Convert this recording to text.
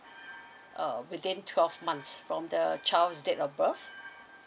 uh within twelve months from the child's date of birth